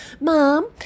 Mom